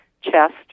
chest